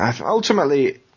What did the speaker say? Ultimately